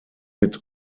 mit